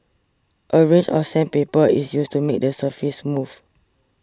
a range of sandpaper is used to make the surface smooth